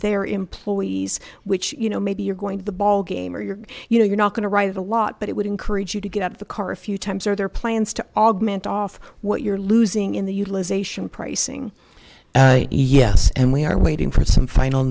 their employees which you know maybe you're going to the ballgame or you're you know you're not going to write it a lot but it would encourage you to get out of the car a few times are there plans to augment off what you're losing in the utilization pricing yes and we are waiting for some final